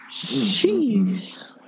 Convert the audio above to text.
Jeez